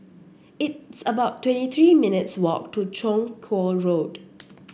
it's about twenty three minutes' walk to Chong Kuo Road